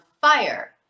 fire